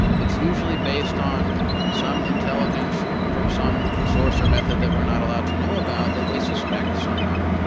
it's usually based on some intelligence from some source or method that we're not allowed to know about that they suspect someone.